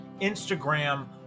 Instagram